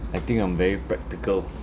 I think I'm very practical